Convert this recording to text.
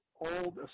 old